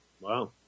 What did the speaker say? Wow